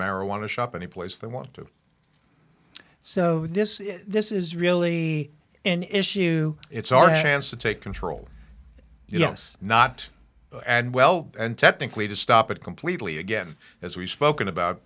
marijuana shop any place they want to so this this is really an issue it's our hands to take control you know it's not and well and technically to stop it completely again as we've spoken about